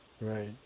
Right